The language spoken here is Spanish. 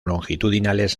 longitudinales